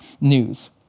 news